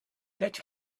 let